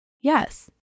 Yes